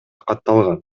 катталган